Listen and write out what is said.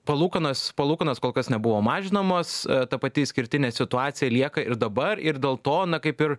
palūkanas palūkanos kolkas nebuvo mažinamos ta pati išskirtinė situacija lieka ir dabar ir dėlto kaip ir